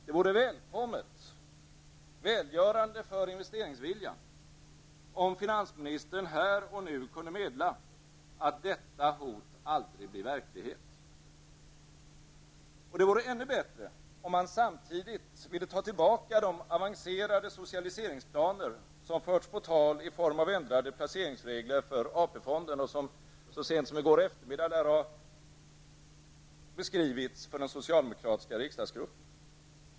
Det vore välkommet och välgörande för investeringsviljan om finansministern här och nu kunde meddela att detta hot aldrig blir verklighet. Det vore ännu bättre om han samtidigt ville ta tillbaka de avancerade socialiseringsplaner som förts på tal i form av ändrade placeringsregler för AP-fonden och så sent som i går eftermiddag lär ha beskrivits för den socialdemokratiska riksdagsgruppen.